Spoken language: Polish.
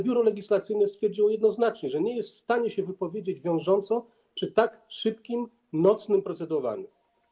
Biuro Legislacyjne stwierdziło jednoznacznie, że nie jest w stanie się wypowiedzieć wiążąco przy tak szybkim nocnym procedowaniu.